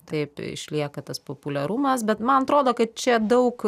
taip išlieka tas populiarumas bet man atrodo kad čia daug